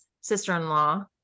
sister-in-law